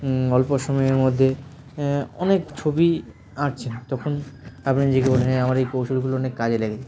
অল্প সময়ের মধ্যে অনেক ছবি আঁকছেন তখন আপনি নিজেকে বলবেন হ্যাঁ আমার এই কৌশলগুলো অনেক কাজে লেগেছে